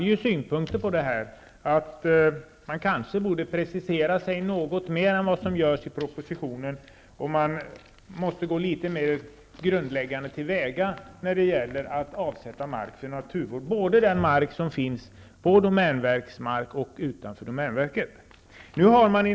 Vi i jordbruksutskottet ansåg att regeringen skulle ha preciserat sig något mer än den gör i propositionen. Vi ansåg att man måste gå litet mer grundligt till väga när det gäller att avsätta mark för naturvård, både domänverksmark och mark utanför domänverkets mark.